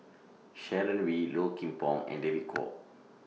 Sharon Wee Low Kim Pong and David Kwo